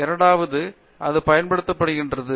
இரண்டாவதாக அது பயன்படுத்தப்படுகிறது